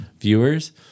viewers